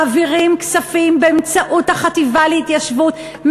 מעבירים כספים באמצעות החטיבה להתיישבות,